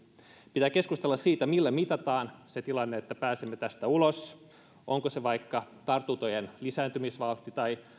pitää keskustella siitä millä mitataan se tilanne että pääsemme tästä ulos onko se vaikka tartuntojen lisääntymisvauhti tai